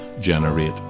generate